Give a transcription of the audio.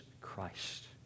Christ